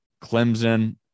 Clemson